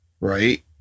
right